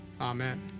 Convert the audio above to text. Amen